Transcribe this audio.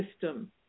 system